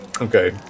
Okay